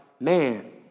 man